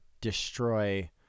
destroy